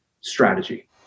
strategy